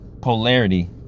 polarity